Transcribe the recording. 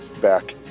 back